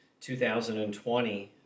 2020